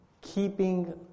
keeping